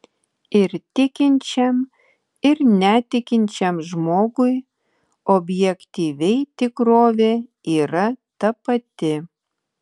ir tikinčiam ir netikinčiam žmogui objektyviai tikrovė yra ta pati